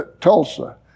Tulsa